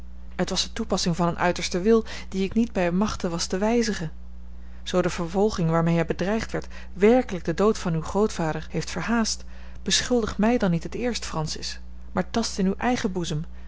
het was de toepassing van een uitersten wil dien ik niet bij machte was te wijzigen zoo de vervolging waarmee hij bedreigd werd werkelijk den dood van uw grootvader heeft verhaast beschuldig mij dan niet het eerst francis maar tast in uw eigen boezem